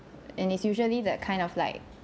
and it's usually that kind of like